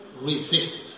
resisted